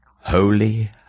Holy